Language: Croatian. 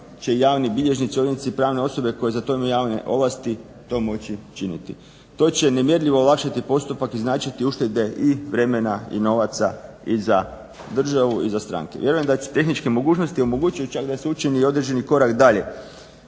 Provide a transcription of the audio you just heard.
će i javni bilježnici i … pravne osobe koje imaju za to javne ovlasti to moći činiti. To će nemjerljivo ojačati postupak i značiti uštede i vremena i novaca i za državu i za stranke. Vjerujem da će tehničke mogućnosti omogućuju čak da se učini još određeni korak dalje.